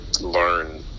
learn